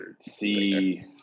see